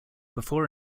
before